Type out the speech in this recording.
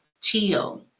chill